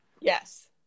Yes